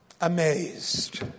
amazed